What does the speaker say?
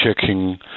checking